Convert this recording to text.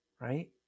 right